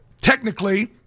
technically